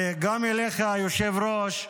וגם אליך, היושב-ראש,